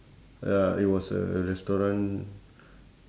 ya it was a restaurant